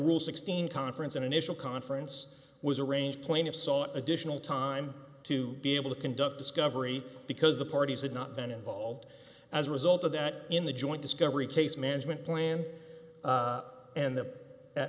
rule sixteen conference and initial conference was arranged plaintiff sought additional time to be able to conduct discovery because the parties had not been involved as a result of that in the joint discovery case management plan and the